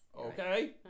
Okay